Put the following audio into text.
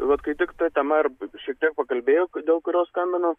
vat kaip tik ta tema ir šiek tiek pakalbėjo kodėl kurios skambinu